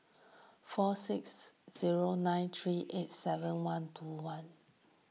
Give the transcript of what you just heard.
four six zero nine three eight seven one two one